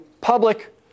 public